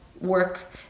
work